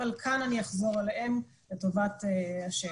אבל כאן אני אחזור עליהן לטובת השאלות.